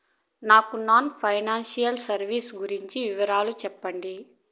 నాకు non financial services గురించి వివరాలు సెప్పండి?